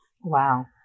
wow